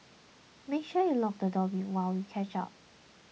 make sure you lock the door while you catch up